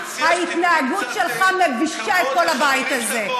ההתנהגות שלך מבישה את כל הבית הזה.